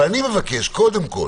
אבל אני מבקש קודם כל,